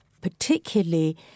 particularly